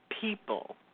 People